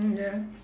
mm ya